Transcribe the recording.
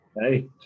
Hey